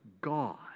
God